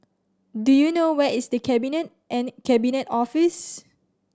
do you know where is The Cabinet and Cabinet Office